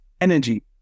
energy